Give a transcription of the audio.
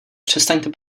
přestaňte